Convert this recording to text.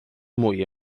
mwy